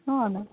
ହଁ ନା